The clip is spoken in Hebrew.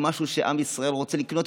משהו שעם ישראל רוצה לקנות,